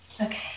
Okay